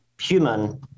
human